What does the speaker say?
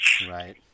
Right